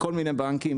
כל מיני בנקים,